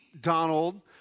Donald